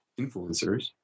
influencers